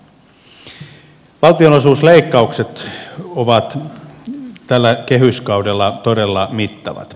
valtionosuusleikkaukset ovat tällä kehyskaudella todella mittavat